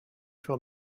for